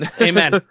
Amen